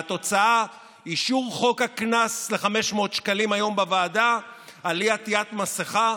והתוצאה אישור חוק הקנס ל-500 שקלים היום בוועדה על אי-עטיית מסכה.